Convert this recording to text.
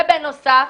ובנוסף,